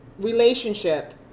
relationship